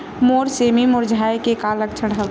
मोर सेमी मुरझाये के का लक्षण हवय?